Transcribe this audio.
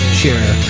share